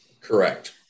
Correct